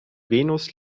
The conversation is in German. venus